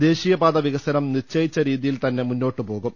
ദേശീയപാത വികസനം നിശ്ചയി ച്ച രീതിയിൽ തന്നെ മുന്നോട്ട് പോകും